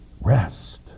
rest